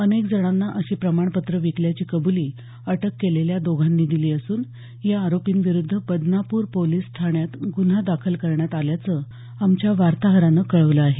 अनेक जणांना अशी प्रमाणपत्रं विकल्याची कब्ली अटक केलेल्या दोघांनी दिली असून या आरोपींविरुद्ध बदनापूर पोलिस ठाण्यात गुन्हा दाखल करण्यात आल्याचं आमच्या वार्ताहरानं कळवलं आहे